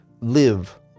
live